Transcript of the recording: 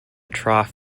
trough